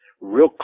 real